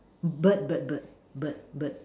bird bird bird bird bird